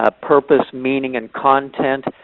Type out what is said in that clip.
ah purpose, meaning and content,